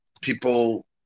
people